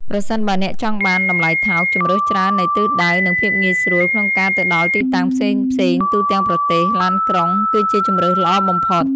ប្រសិនបើអ្នកចង់បាន តម្លៃថោក ជម្រើសច្រើននៃទិសដៅ និង ភាពងាយស្រួល ក្នុងការទៅដល់ទីតាំងផ្សេងៗទូទាំងប្រទេស ឡានក្រុង គឺជាជម្រើសល្អបំផុត។